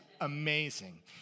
amazing